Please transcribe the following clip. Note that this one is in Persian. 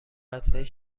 قطرهای